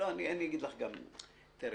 איזה